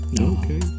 Okay